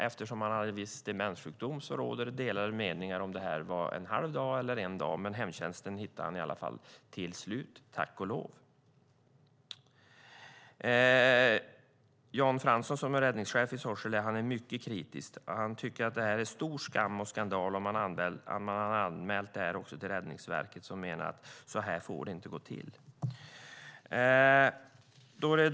Eftersom han hade viss demenssjukdom råder det delade meningar om det var en halv dag eller en dag. Men hemtjänsten hittade honom i alla fall till slut, tack och lov. Jan Fransson, som är räddningschef i Sorsele, är mycket kritisk. Han tycker att det här är stor skam och skandal. Man har också anmält det här till Räddningsverket, som menar att det inte får gå till så här.